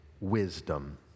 wisdom